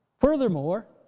Furthermore